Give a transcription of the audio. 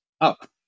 up